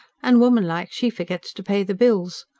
and, womanlike, she forgets to pay the bills.